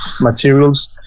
materials